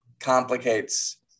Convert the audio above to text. complicates